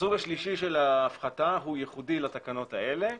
הסוג השלישי של ההפחתות הוא ייחודי לתקנות האלה,